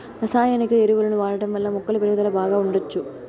రసాయనిక ఎరువులను వాడటం వల్ల మొక్కల పెరుగుదల బాగా ఉండచ్చు